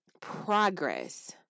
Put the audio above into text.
progress